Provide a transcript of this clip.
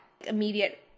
immediate